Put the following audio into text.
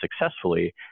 successfully